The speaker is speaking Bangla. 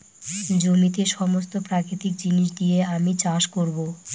জমিতে সমস্ত প্রাকৃতিক জিনিস দিয়ে আমি চাষ করবো